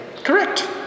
correct